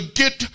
get